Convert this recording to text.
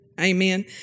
Amen